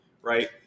right